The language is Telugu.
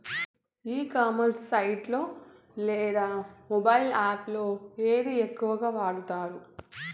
ఈ కామర్స్ సైట్ లో లేదా మొబైల్ యాప్ లో ఏది ఎక్కువగా వాడుతారు?